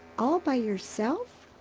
all by yourself?